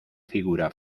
figura